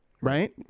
right